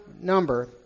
number